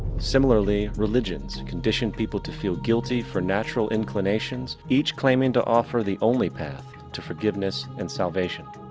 similarly, religions condition people to feel guilty for natural inclination, each claiming to offer the only path to forgiveness and salvation.